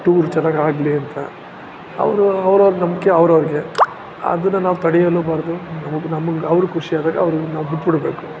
tour ಚೆನ್ನಾಗ್ ಆಗಲಿ ಅಂತ ಅವರು ಅವರವ್ರ ನಂಬಿಕೆ ಅವ್ರವ್ರಿಗೆ ಅದನ್ನು ನಾವು ತಡೆಯಲು ಬಾರದು ನಮಗೆ ನಮಗೆ ಅವ್ರು ಖುಷಿಯಾದಾಗ ಅವ್ರಿಗೆ ನಾವು ಬಿಟ್ಟುಬಿಡ್ಬೇಕು